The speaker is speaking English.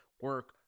Work